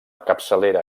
capçalera